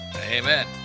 Amen